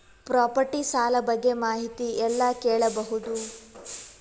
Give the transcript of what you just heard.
Property ಸಾಲ ಬಗ್ಗೆ ಮಾಹಿತಿ ಎಲ್ಲ ಕೇಳಬಹುದು?